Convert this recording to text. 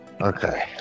okay